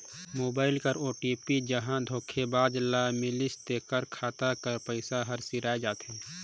mobile कर OTP जहां धोखेबाज ल मिलिस तेकर खाता कर पइसा हर सिराए जाथे